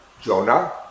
Jonah